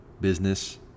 business